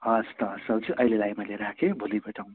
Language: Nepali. हस् त असलजी अहिलेलाई मैले राखेँ भोलि भेटौँ